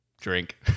drink